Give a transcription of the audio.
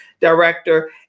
director